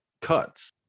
cuts